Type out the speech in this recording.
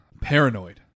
Paranoid